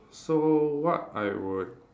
so what I would